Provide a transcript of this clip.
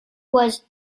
was